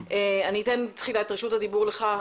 אני אתן תחילה את רשות הדיבור לך,